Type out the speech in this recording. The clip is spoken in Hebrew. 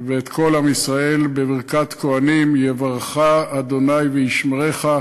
ואת כל עם ישראל בברכת כוהנים: "יברכך ה' וישמרך,